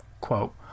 Quote